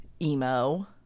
emo